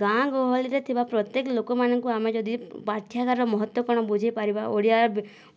ଗାଁ ଗହଳିରେ ଥିବା ପ୍ରତ୍ୟେକ ଲୋକମାନଙ୍କୁ ଆମେ ଯଦି ପାଠ୍ୟାଗାରର ମହତ୍ତ୍ଵ କଣ ବୁଝାଇପାରିବା ଓଡ଼ିଆ